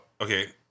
okay